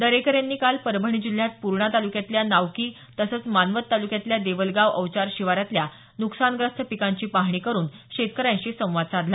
दरेकर यांनी काल परभणी जिल्ह्यात पूर्णा तालुक्यातल्या नावकी तसंचं मानवत तालुक्यातल्या देवलगाव अवचार शिवारातल्या नुकसानग्रस्त पिकांची पाहणी करून शेतकऱ्यांशी संवाद साधला